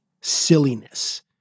silliness